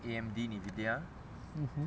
mmhmm